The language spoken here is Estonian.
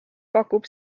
pakub